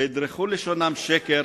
וידרכו את לשונם שקר.